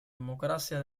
democracia